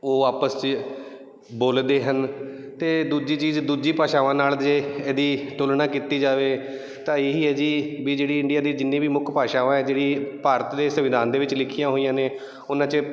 ਉਹ ਆਪਸ 'ਚ ਬੋਲਦੇ ਹਨ ਅਤੇ ਦੂਜੀ ਚੀਜ਼ ਦੂਜੀ ਭਾਸ਼ਾਵਾਂ ਨਾਲ ਜੇ ਇਹਦੀ ਤੁਲਨਾ ਕੀਤੀ ਜਾਵੇ ਤਾਂ ਇਹੀ ਹੈ ਜੀ ਵੀ ਜਿਹੜੀ ਇੰਡੀਆ ਦੀ ਜਿੰਨੀਆਂ ਵੀ ਮੁੱਖ ਭਾਸ਼ਾਵਾਂ ਹੈ ਜਿਹੜੀ ਭਾਰਤ ਦੇ ਸੰਵਿਧਾਨ ਦੇ ਵਿੱਚ ਲਿਖੀਆਂ ਹੋਈਆਂ ਨੇ ਉਹਨਾਂ 'ਚ